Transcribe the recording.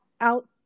out